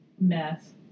mess